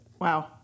Wow